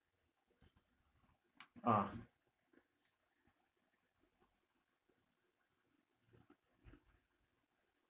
ah